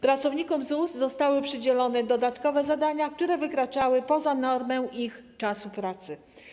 Pracownikom ZUS zostały przydzielone dodatkowe zadania, które wykraczały poza normę ich czasu pracy.